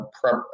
prep